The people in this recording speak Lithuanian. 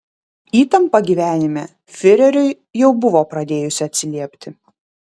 įtampa gyvenime fiureriui jau buvo pradėjusi atsiliepti